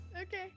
Okay